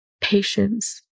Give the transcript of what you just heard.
Patience